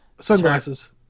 Sunglasses